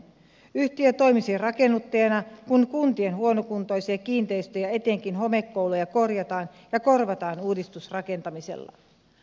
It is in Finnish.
yhtiö toimisi rakennuttajana kun kuntien huonokuntoisia kiinteistöjä etenkin homekouluja korjataan ja korvataan uudistusrakentamisella